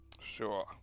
Sure